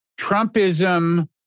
Trumpism